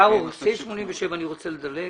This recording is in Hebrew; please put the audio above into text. על סעיף 87 אני רוצה לדלג.